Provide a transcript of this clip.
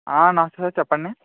నమస్కారం చెప్పండి